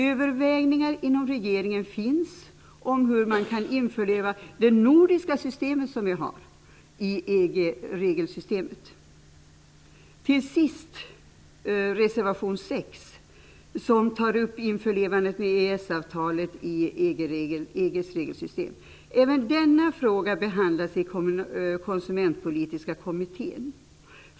Övervägningar inom regeringen finns om hur man kan införliva det nordiska system som vi har i EG-regelsystemet. Till sist reservation 6 som tar upp införlivandet av EES-avtalet i EG:s regelsystem. Även denna fråga behandlas i Konsumentpolitiska kommittén.